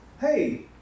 hey